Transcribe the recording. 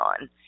on